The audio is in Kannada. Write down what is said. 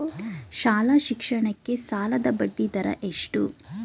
ಶಾಲಾ ಶಿಕ್ಷಣಕ್ಕೆ ಸಾಲದ ಬಡ್ಡಿದರ ಎಷ್ಟು?